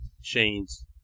Shane's